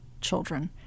children